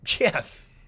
yes